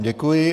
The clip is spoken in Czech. Děkuji.